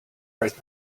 right